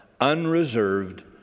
unreserved